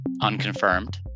Unconfirmed